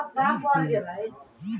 गिल लकड़ी कमजोर अउर मुलायम होखेला